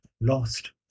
lost